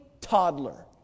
toddler